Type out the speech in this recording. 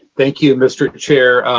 thank you, mr. chair.